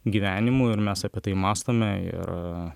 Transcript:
gyvenimu ir mes apie tai mąstome ir